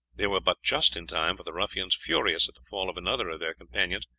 they were but just in time, for the ruffians, furious at the fall of another of their companions,